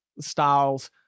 styles